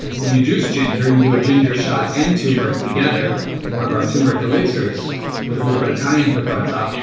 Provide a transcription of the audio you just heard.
when you juice ginger, you do a ginger shot, and tumeric together. one of our tumeric elixirs with a little bit cayenne pepper on top.